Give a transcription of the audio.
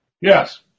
Yes